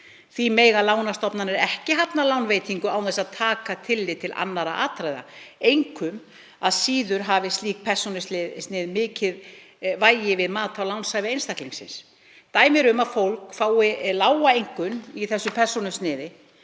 Því mega lánastofnanir ekki hafna lánveitingu án þess að taka tillit til annarra atriða. Engu að síður hafa slík persónusnið mikið vægi við mat á lánshæfi einstaklings. Dæmi eru um að fólk fái lága einkunn í persónusniði